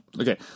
Okay